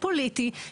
ולא לפגוע במעמדו.